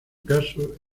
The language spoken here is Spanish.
caso